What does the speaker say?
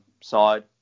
side